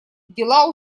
дела